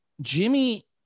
Jimmy